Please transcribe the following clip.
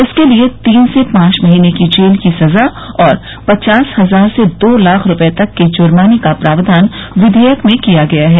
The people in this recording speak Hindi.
इसके लिए तीन से पांच महीने की जेल की सजा और पचास हजार से दो लाख रूपए तक के जुर्माने का प्रावधान विधेयक में किया गया है